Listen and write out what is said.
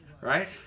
right